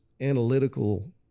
analytical